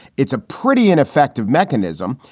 it's a pretty ineffective mechanism.